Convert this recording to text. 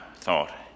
thought